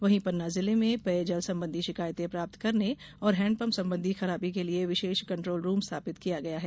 वहीं पन्ना जिले में पेय जल संबंधी शिकायते प्राप्त करने और हैडपंप संबंधी खराबी के लिये विशेष कंट्रोल रूम स्थापित किया गया है